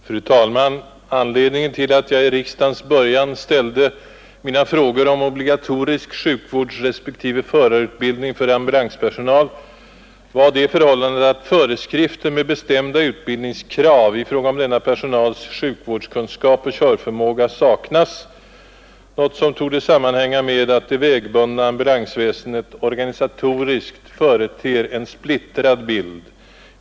Fru talman! Anledningen till att jag i riksdagens början ställde mina frågor om obligatorisk sjukvårdsrespektive förarutbildning för ambulanspersonal var det förhållandet att föreskrifter med bestämda utbildningskrav i fråga om denna personals sjukvårdskunskap och körförmåga saknas, något som torde sammanhänga med att det vägbundna ambulansväsendet organisatoriskt företer en splittrad bild.